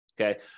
okay